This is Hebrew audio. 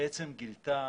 גילתה